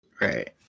Right